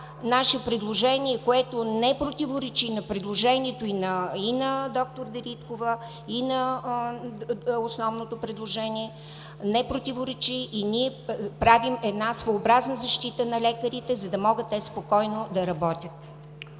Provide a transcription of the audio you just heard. наше предложение, което не противоречи на предложението и на доктор Дариткова, и на основното предложение не противоречи, ние правим една своеобразна защита на лекарите, за да могат те спокойно да работят.